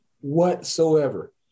whatsoever